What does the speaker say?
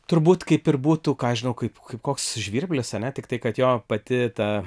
turbūt kaip ir būtų ką aš žinau kaip kaip koks žvirblis ane tiktai kad jo pati ta